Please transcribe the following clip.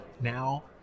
now